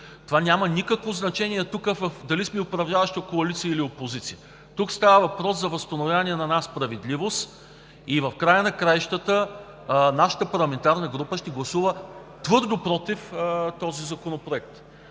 няма никакво значение дали сме в управляваща коалиция, или в опозиция. Тук става въпрос за възстановяване на една справедливост. В края на краищата нашата парламентарна група ще гласува твърдо против този законопроект.